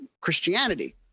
christianity